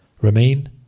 Remain